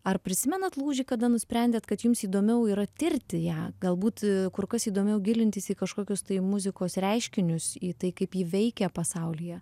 ar prisimenat lūžį kada nusprendėt kad jums įdomiau yra tirti ją galbūt kur kas įdomiau gilintis į kažkokius tai muzikos reiškinius į tai kaip ji veikia pasaulyje